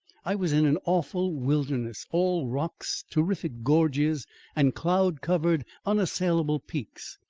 i was in an awful wilderness, all rocks, terrific gorges and cloud-covered, unassailable peaks.